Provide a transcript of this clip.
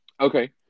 Okay